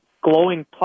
glowing